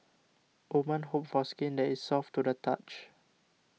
women hope for skin that is soft to the touch